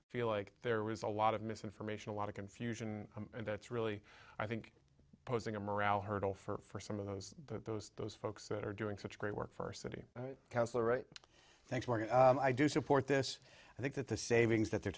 i feel like there was a lot of misinformation a lot of confusion and it's really i think posing a morale hurdle for some of those those those folks that are doing such great work for city councilor right thanks morgan i do support this i think that the savings that they're